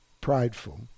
prideful